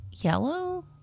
yellow